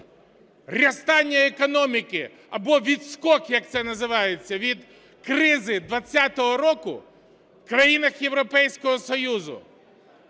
Зростання економіки або відскок, як це називається, від кризи 20-го року в країнах Європейського Союзу